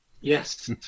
Yes